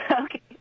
Okay